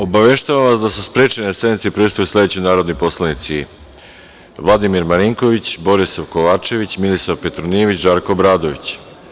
Obaveštavam vas da su sprečeni da sednici prisustvuju sledeći narodni poslanici – Vladimir Marinković, Borisav Kovačević, Milisav Petronijević, Žarko Obradović.